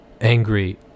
angry